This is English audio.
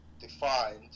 defined